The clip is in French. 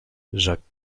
jacques